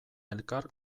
elkar